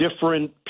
different